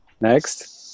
Next